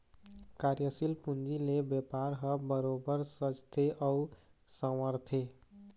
कार्यसील पूंजी ले बेपार ह बरोबर सजथे अउ संवरथे